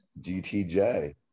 GTJ